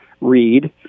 Read